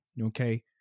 Okay